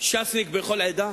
ש"סניק בכל עדה?